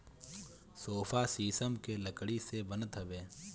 sofa शीशम के लकड़ी से बनत हवे